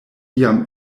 jam